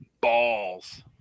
balls